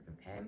okay